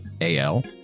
A-L